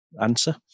answer